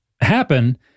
happen